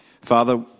Father